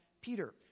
Peter